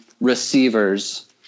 receivers